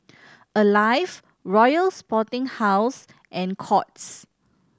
Alive Royal Sporting House and Courts